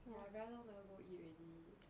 !wah! I very long never go eat already